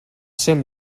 absent